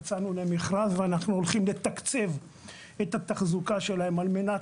יצאנו למכרז ואנחנו הולכים לתקצב את התחזוקה שלהם על מנת